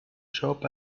shop